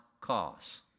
cause